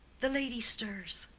the lady stirs.